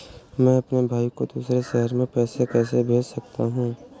मैं अपने भाई को दूसरे शहर से पैसे कैसे भेज सकता हूँ?